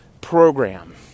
program